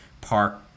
park